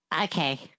Okay